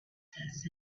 spices